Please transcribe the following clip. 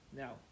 now